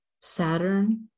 Saturn